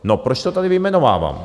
No proč to tady vyjmenovávám?